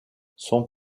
son